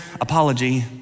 apology